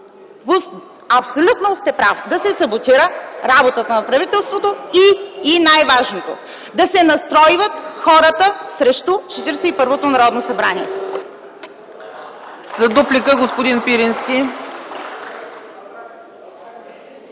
абсолютно сте прав, да се саботира работата на правителството и, най-важното, да се настройват хората срещу 41-то Народно събрание.